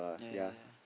yeah yeah yeah yeah